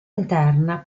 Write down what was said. interna